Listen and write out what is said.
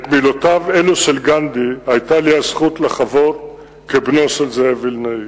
את מילותיו אלו של גנדי היתה לי הזכות לחוות כבנו של זאב וילנאי.